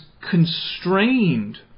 constrained